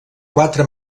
quatre